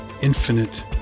infinite